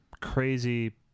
crazy